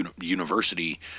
University